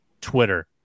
Twitter